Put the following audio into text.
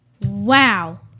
Wow